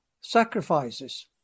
sacrifices